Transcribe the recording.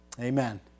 Amen